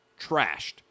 trashed